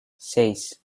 seis